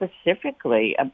specifically